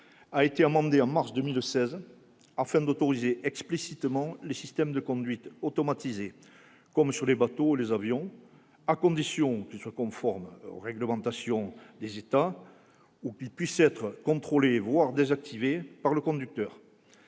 a été amendée en mars 2016 afin d'autoriser explicitement les systèmes de conduite automatisée, comme sur les bateaux et les avions, à condition qu'ils soient conformes aux réglementations des États ou qu'ils puissent être contrôlés, voire désactivés, par le conducteur.